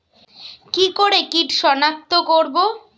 কি করে কিট শনাক্ত করব?